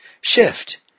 shift